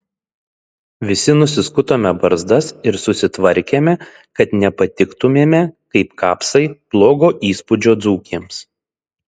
visi nusiskutome barzdas ir susitvarkėme kad nepatiktumėme kaip kapsai blogo įspūdžio dzūkėms